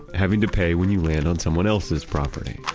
having to pay when you land on someone else's property,